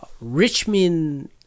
Richmond